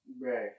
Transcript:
Right